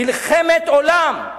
מלחמת עולם.